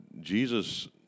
Jesus